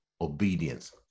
obedience